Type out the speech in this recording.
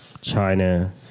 China